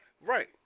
Right